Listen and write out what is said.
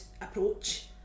approach